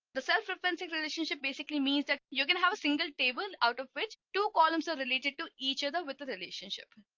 the self-referencing relationship basically means that you can have a single table out of which two columns are related to each other with the relationship.